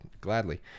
gladly